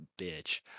bitch